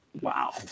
wow